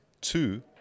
two